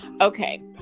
okay